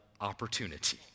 opportunity